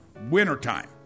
wintertime